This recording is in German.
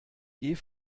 geh